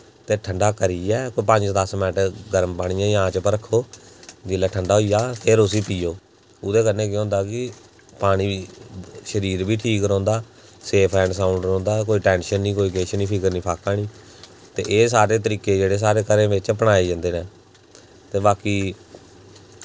ते ठंड़ा करियै कोई पंज दस मिंट पानियै गी आंच पर रक्खो जेल्लै ठंडा होई गेआ फिर उस्सी पीओ उदै कन्नै केह् होंदे कि पानी शरीर बी ठीक रौंह्दा सेफ ऐंड साउंड़ रौंह्दा कोई टैंशन निं किश निं फिकर निं फाका निं ते एह् सारे तरीके जेह्ड़े साढ़े घरें बिच्च अपनाए जंदे न ते बाकी